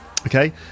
okay